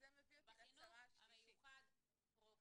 החינוך המיוחד פרופר,